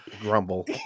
grumble